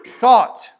thought